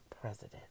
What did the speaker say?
president